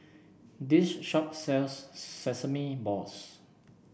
this shop sells Sesame Balls